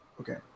Okay